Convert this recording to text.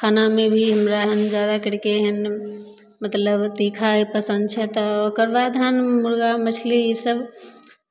खानामे भी हमरा हम जादा करि कऽ एहन मतलब तीखा पसन्द छै तऽ ओकर बाद हम मुर्गा मछली इसभ